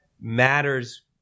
matters